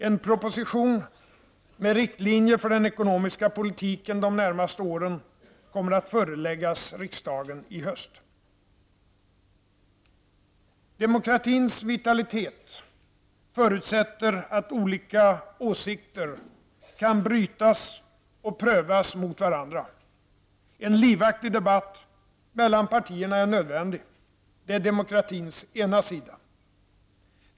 En proposition med riktlinjer för den ekonomiska politiken de närmaste åren kommer att föreläggas riksdagen i höst. Demokratins vitalitet förutsätter att olika åsikter kan brytas och prövas mot varandra. En livaktig debatt mellan partierna är nödvändig. Det är demokratins ena sida.